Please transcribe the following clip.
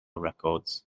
records